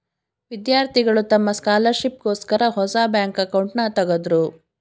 ವಿದ್ಯಾರ್ಥಿಗಳು ತಮ್ಮ ಸ್ಕಾಲರ್ಶಿಪ್ ಗೋಸ್ಕರ ಹೊಸ ಬ್ಯಾಂಕ್ ಅಕೌಂಟ್ನನ ತಗದ್ರು